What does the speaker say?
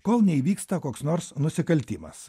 kol neįvyksta koks nors nusikaltimas